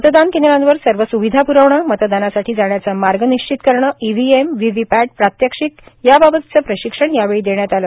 मतदान केंद्रावर सर्व सुविधा प्रविणे मतदानासाठी जाण्याचा मार्ग निश्चित करणे इव्हीएमए व्हीव्हीपॅट प्रात्यक्षिक याबाबतचे प्रशिक्षण यावेळी देण्यात आले